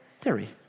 Theory